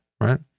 Right